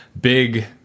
big